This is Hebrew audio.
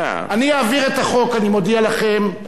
אני אעביר את החוק, אני מודיע לכם.